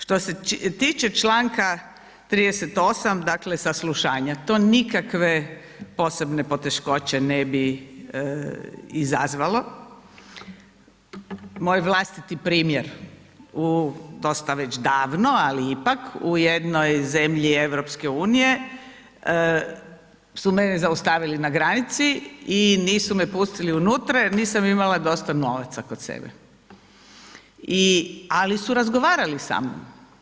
Što se tiče članka 38. dakle saslušanja, to nikakve posebne poteškoće ne bi izazvalo, moj vlastiti primjer dosta već davno ali ipak, u jednoj zemlji EU-a su me zaustavili na granici i nisu me pustili unutra jer nisam imala dosta novaca kod sebe ali su razgovarali sa mnom.